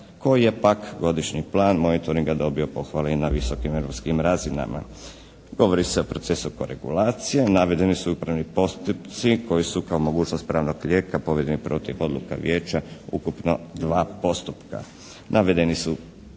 koji je pak godišnji plan monitoringa dobio pohvale i na visokim europskim razinama. Govori se o procesu koregulacije, navedeni su upravni postupci koji su kao mogućnost pravnog lijeka povedeni protiv odluka vijeća ukupno 2 postupka.